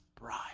bride